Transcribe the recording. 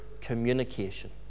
communication